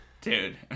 dude